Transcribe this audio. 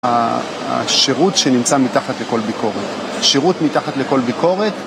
השירות שנמצא מתחת לכל ביקורת, שירות מתחת לכל ביקורת